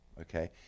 okay